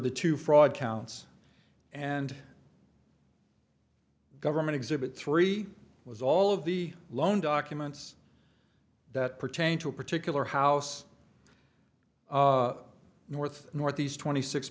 the two fraud counts and government exhibit three was all of the loan documents that pertain to a particular house north northeast twenty six